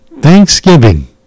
Thanksgiving